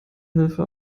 hilfe